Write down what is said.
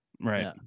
Right